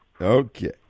Okay